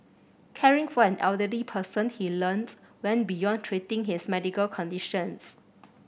caring for an elderly person he learnt went beyond treating his medical conditions